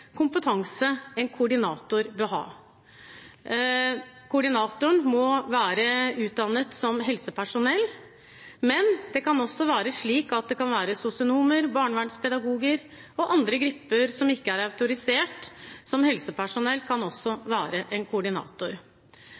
kompetanse en koordinator bør ha. Koordinatoren må være utdannet som helsepersonell, men sosionomer, barnevernspedagoger og andre grupper som ikke er autorisert som helsepersonell, kan også være en koordinator.